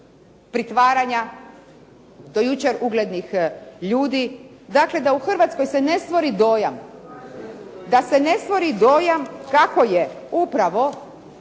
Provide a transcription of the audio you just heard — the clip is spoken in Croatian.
pritvaranja do jučer uglednih ljudi. Dakle, da u Hrvatskoj se ne stvori dojam kako je upravo